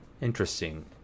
Interesting